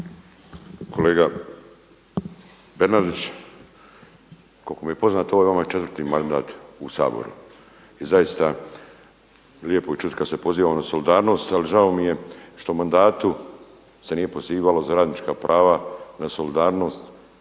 Kolega Bernardić, koliko mi je poznato ovo je vama 4 mandat u Saboru i zaista lijepo je čuti kad se pozivamo na solidarnost. Ali žao mi je što u mandatu se nije pozivalo za radnička prava, na solidarnost